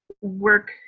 work